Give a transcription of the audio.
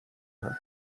her